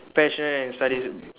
passionate in studies